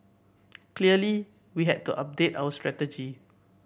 clearly we had to update our strategy